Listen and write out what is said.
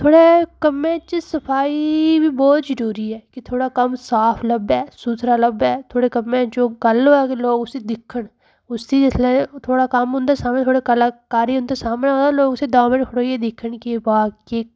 थुआढ़े कम्मै च सफाई बी बोह्त जरूरी ऐ कि थुआढ़ा कम्म साफ लब्भै सुथरा लब्भै थुआढ़े कम्मै च जो गल्ल होऐ ते लोग उसी दिक्खन उसी जिसलै थुआढ़ा कम्म उं'दे सामनै थुआढ़ी कलाकारी उं'दे सामनै होऐ लोक उसी दस्स मेंट खड़ोई दिक्खन कि वाह् कि